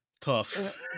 tough